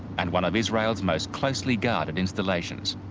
and one of israel's most closely guarded installations.